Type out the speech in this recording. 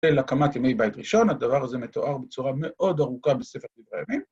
להקמת ימי בית ראשון, הדבר הזה מתואר בצורה מאוד ארוכה בספר דברי הימים.